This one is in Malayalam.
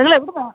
നിങ്ങൾ എവിടുന്നാ